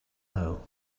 know